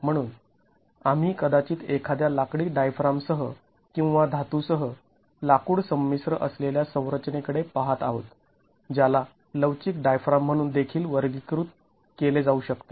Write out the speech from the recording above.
म्हणून आम्ही कदाचित एखाद्या लाकडी डायफ्रामसह किंवा धातूसह लाकूड संमिश्र असलेल्या संरचनेकडे पाहत आहोत ज्याला लवचिक डायफ्राम म्हणून देखिल वर्गीकृत केले जाऊ शकते